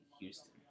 Houston